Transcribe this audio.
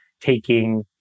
taking